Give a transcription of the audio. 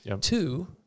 Two